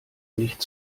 nicht